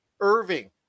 irving